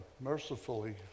mercifully